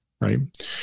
right